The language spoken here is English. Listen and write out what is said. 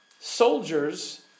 Soldiers